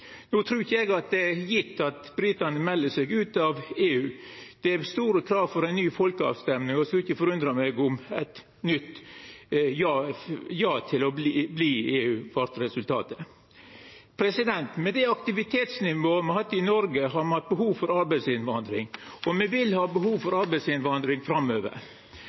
No trur ikkje eg at det er gjeve at britane melder seg ut av EU. Det er eit stort krav om ny folkerøysting, og det skulle ikkje forundra meg om ja til å vera i EU vart resultatet. Med det aktivitetsnivået me har hatt i Noreg, har me hatt behov for arbeidsinnvandring – og me vil ha behov for arbeidsinnvandring framover.